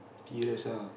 serious ah